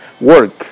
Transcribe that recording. work